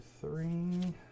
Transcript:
three